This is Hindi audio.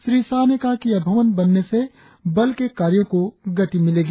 श्री शाह ने कहा कि यह भवन बनने से बल के कार्यों को गति मिलेगी